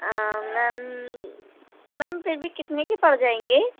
میم ma'am پھر بھی کتنی کے پڑ جائیں گے